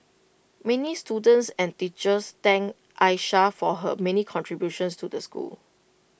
many students and teachers thanked Aisha for her many contributions to the school